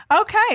Okay